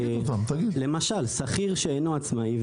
למשל: שכיר שאינו עצמאי,